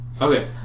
Okay